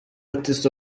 artist